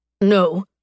No